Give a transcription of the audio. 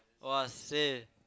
!wahseh!